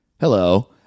Hello